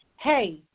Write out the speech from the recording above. hey